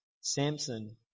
Samson